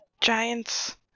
giants